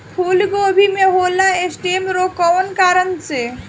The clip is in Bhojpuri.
फूलगोभी में होला स्टेम रोग कौना कारण से?